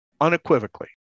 unequivocally